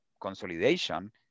consolidation